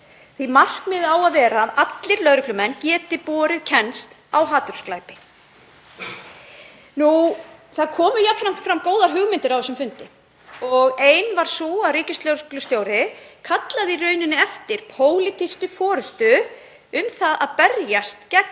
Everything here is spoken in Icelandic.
að markmiðið á að vera að allir lögreglumenn geti borið kennsl á hatursglæpi. Það komu fram góðar hugmyndir á þessum fundi og ein var sú að ríkislögreglustjóri kallaði í rauninni eftir pólitískri forystu um að berjast gegn